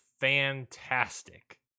fantastic